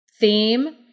theme